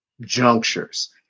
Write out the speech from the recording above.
junctures